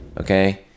Okay